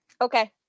Okay